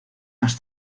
más